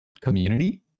community